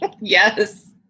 Yes